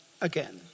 again